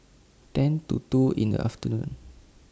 ten to two in The afternoon